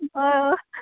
होय हय